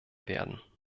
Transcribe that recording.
werden